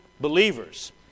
Believers